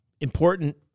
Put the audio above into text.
important